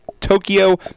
Tokyo